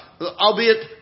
Albeit